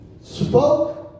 spoke